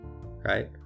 right